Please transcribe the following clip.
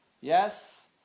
yes